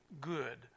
good